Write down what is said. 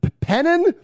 Pennon